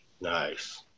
Nice